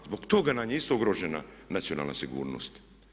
Zbog toga nam je isto ugrožena nacionalna sigurnost.